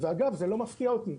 ואגב, זה לא מפתיע אותי.